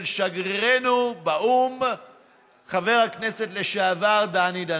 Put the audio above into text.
שגרירנו באו"ם חבר הכנסת לשעבר דני דנון.